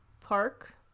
park